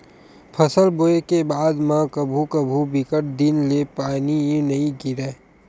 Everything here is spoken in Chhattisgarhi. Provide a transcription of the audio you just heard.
फसल बोये के बाद म कभू कभू बिकट दिन ले पानी नइ गिरय